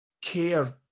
care